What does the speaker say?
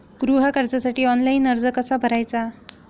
गृह कर्जासाठी ऑनलाइन अर्ज कसा भरायचा?